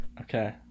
Okay